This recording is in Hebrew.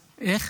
איך?